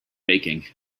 baking